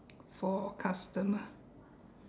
for customer